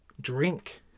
drink